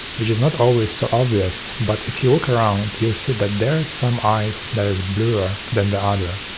which is not always so obvious, but if you look around you'll see that there is some ice that is bluer than the other.